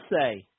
say